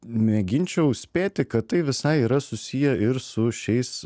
mėginčiau spėti kad tai visai yra susiję ir su šiais